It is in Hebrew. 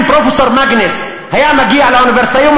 אם פרופסור מאגנס היה מגיע לאוניברסיטה היום,